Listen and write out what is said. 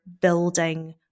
building